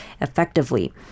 effectively